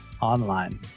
online